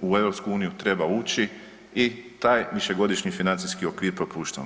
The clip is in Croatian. u EU treba ući i taj višegodišnji financijski okvir propuštamo.